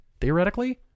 Theoretically